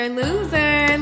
loser